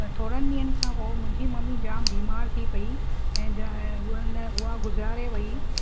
थोरनि ॾींहंनि खां पोइ मुंहिंजी ममी जाम बीमार थी पई उहा गुज़ारे वई